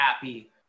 happy